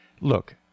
look